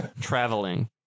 traveling